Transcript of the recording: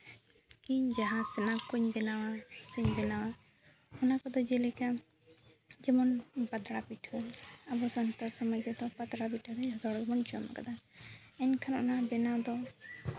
ᱤᱧ ᱡᱟᱦᱟᱸ ᱥᱱᱮᱠ ᱠᱚᱧ ᱵᱮᱱᱟᱣᱟ ᱥᱮᱧ ᱵᱮᱱᱟᱣᱟ ᱚᱱᱟ ᱠᱚᱫᱚ ᱡᱮᱞᱮᱠᱟ ᱡᱮᱢᱚᱱ ᱯᱟᱛᱲᱟ ᱯᱤᱴᱷᱟᱹ ᱟᱵᱚ ᱥᱟᱱᱛᱟᱲ ᱥᱚᱢᱟᱡᱽ ᱨᱮᱫᱚ ᱯᱟᱛᱲᱟ ᱯᱤᱴᱷᱟᱹᱜᱮ ᱡᱚᱛᱚ ᱦᱚᱲ ᱜᱮᱵᱚᱱ ᱡᱚᱢ ᱠᱟᱫᱟ ᱮᱱᱠᱷᱟᱱ ᱚᱱᱟ ᱵᱮᱱᱟᱣ ᱫᱚ